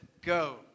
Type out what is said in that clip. go